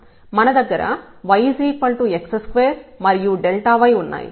మన దగ్గర yx2 మరియు y ఉన్నాయి